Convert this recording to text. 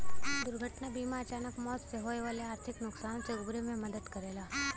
दुर्घटना बीमा अचानक मौत से होये वाले आर्थिक नुकसान से उबरे में मदद करला